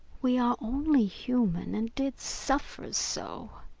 we are only human, and did suffer so.